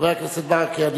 חבר הכנסת ברכה,